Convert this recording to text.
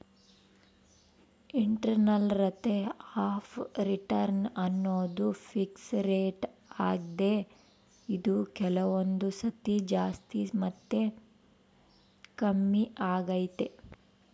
internal rate of return ಅನ್ನೋದು fixed rate ಆಗ್ದೆ ಇದು ಕೆಲವೊಂದು ಸತಿ ಜಾಸ್ತಿ ಮತ್ತೆ ಕಮ್ಮಿಆಗ್ತೈತೆ